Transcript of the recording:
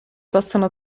possono